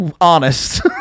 honest